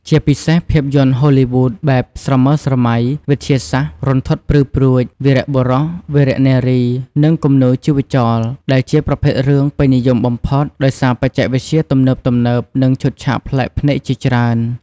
ជាពិសេសភាពយន្តហូលីវូដបែប ស្រមើស្រមៃ, វិទ្យាសាស្រ្ត, រន្ធត់ព្រឺព្រួច, វីរបុរស វីរនារី និង គំនូរជីវចល ដែលជាប្រភេទរឿងពេញនិយមបំផុត ដោយសារបច្ចេកវិទ្យាទំនើបៗ និងឈុតឆាកប្លែកភ្នែកជាច្រើន។